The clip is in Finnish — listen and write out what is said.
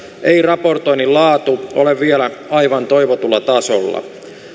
ei raportoinnin laatu ole vielä aivan toivotulla tasolla